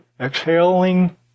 exhaling